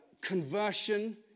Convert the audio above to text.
conversion